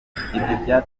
byaterwaga